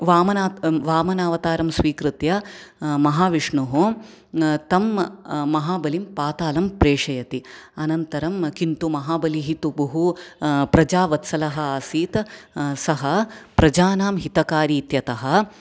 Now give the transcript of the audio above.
वामनावतारं स्वीकृत्य महाविष्णुः तं महाबलिं पातालं प्रेषयति अनन्तरं किन्तु महाबलिः तु बहू प्रजावत्सलः आसीत् सः प्रजानां हितकारी इत्यतः